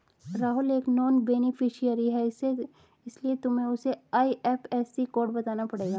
राहुल एक non beneficiary है इसीलिए तुम्हें उसे आई.एफ.एस.सी कोड बताना पड़ेगा